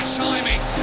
timing